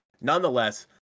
nonetheless